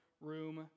room